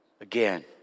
again